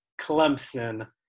Clemson